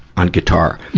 on guitar.